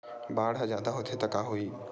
बाढ़ ह जादा होथे त का होही?